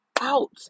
out